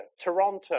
Toronto